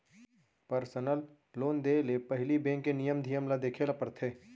personal loan देय ले पहिली बेंक के नियम धियम ल देखे ल परथे